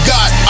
God